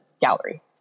gallery